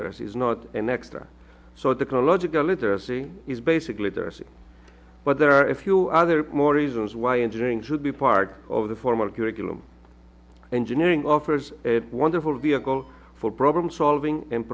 this is not an extra so the collage of the literacy is basically the same but there are a few other more reasons why engineering should be part of the formal curriculum engineering offers a wonderful vehicle for problem solving and